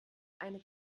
eine